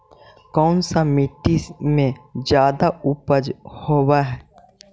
कोन सा मिट्टी मे ज्यादा उपज होबहय?